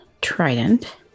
trident